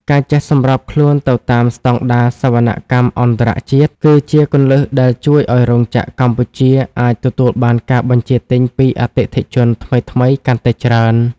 ការចេះសម្របខ្លួនទៅតាមស្ដង់ដារសវនកម្មអន្តរជាតិ គឺជាគន្លឹះដែលជួយឱ្យរោងចក្រកម្ពុជាអាចទទួលបានការបញ្ជាទិញពីអតិថិជនថ្មីៗកាន់តែច្រើន។